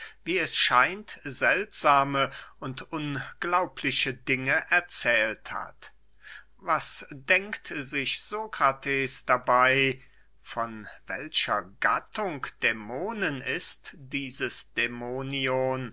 wie es scheint seltsame und unglaubliche dinge erzählt hat was denkt sich sokrates dabey von welcher gattung dämonen ist dieses dämonion